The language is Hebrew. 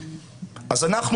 אנחנו,